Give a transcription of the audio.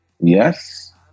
Yes